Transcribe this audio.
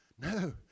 No